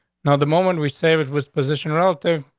now, the moment we save it was position relative.